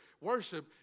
worship